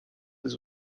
des